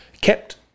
Kept